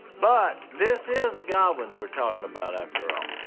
but this is godwin we're talking about, after all.